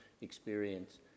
experience